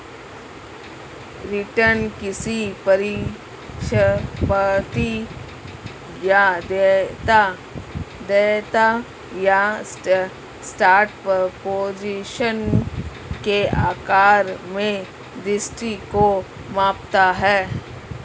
return किसी परिसंपत्ति या देयता या शॉर्ट पोजीशन के आकार में वृद्धि को मापता है